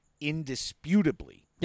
indisputably